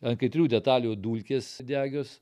ant katrių detalių dulkės degios